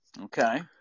Okay